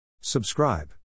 Subscribe